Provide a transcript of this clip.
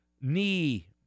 knee